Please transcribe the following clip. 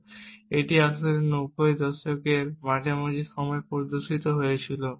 এবং এটি আসলে 90 এর দশকের মাঝামাঝি সময়ে প্রদর্শিত হয়েছিল